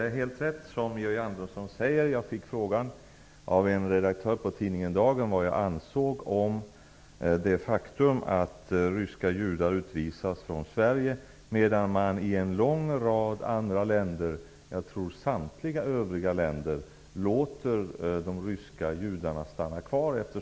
Fru talman! Det som Georg Andersson sade är helt rätt. Jag fick frågan av en redaktör på tidningen Dagen om vad jag ansåg om det faktum att ryska judar utvisas från Sverige, medan man i en lång rad andra länder, jag tror i samtliga övriga länder, låter de ryska judarna stanna kvar.